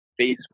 facebook